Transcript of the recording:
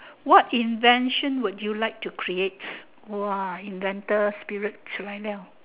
what invention would you like to creates !wah! inventor spirit chu lai [liao] ***